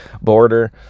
border